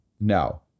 No